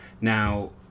Now